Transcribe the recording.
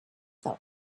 you